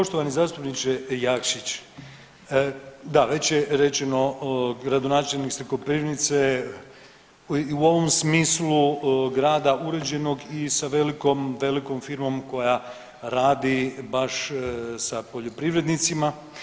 Poštovani zastupniče Jakšić, da već je rečeno gradonačelnik ste Koprivnice i u ovom smislu grada uređenog i sa velikom, velikom firmom koja radi baš sa poljoprivrednicima.